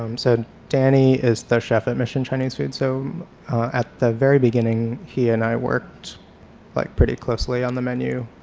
um so danny is the chef at mission chinese food, so at the very beginning he and i worked like pretty closely on the menu.